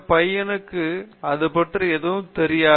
இந்த பையனுக்கு அது பற்றி எதுவும் தெரியாது